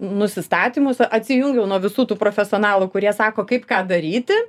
nusistatymus atsijungiau nuo visų tų profesionalų kurie sako kaip ką daryti